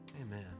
Amen